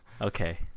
okay